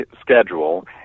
schedule